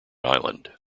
island